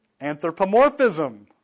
anthropomorphism